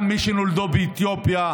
גם מי שנולד באתיופיה.